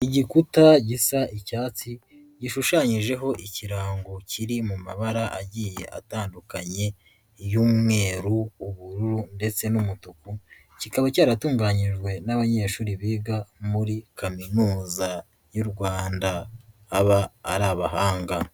Igikuta gisa icyatsi gishushanyijeho ikirango kiri mu mabara agiye atandukanye y'umweru, ubururu ndetse n'umutuku, kikaba cyaratunganyijwe n'abanyeshuri biga muri kaminuza y'u Rwanda aba ari abahanga.